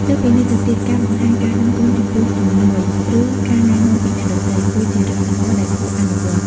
លើសពីនេះទៅទៀតការបង្ហាញការដឹងគុណចំពោះជំនួយ ឬការណែនាំពីអ្នកដទៃ គឺជារឿងល្អដែលគួរអនុវត្ត។